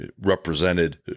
represented